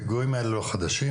הפיגועים האלה לא חדשים,